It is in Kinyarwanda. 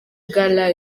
bwa